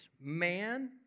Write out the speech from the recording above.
Man